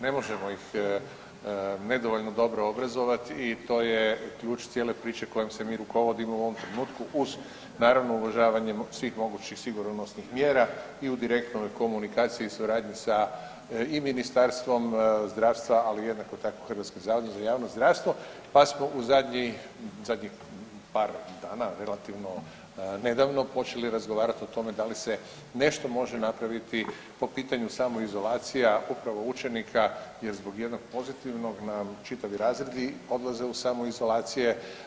Ne možemo ih nedovoljno dobro obrazovati i to je ključ cijele priče kojim se mi rukovodimo u ovom trenutku uz naravno uvažavanje svih mogućih sigurnosnih mjera i u direktnoj komunikaciji, suradnji sa i Ministarstvom zdravstva, ali jednako tako i Hrvatskim zavodom za javno zdravstvo pa smo u zadnjih par dana relativno nedavno počeli razgovarati o tome da li se nešto može napraviti po pitanju samoizolacija upravo učenika jer zbog jednog pozitivnog nam čitavi razredi odlaze u samoizolacije.